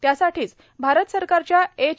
त्यासाठीच भारत सरकारच्या एच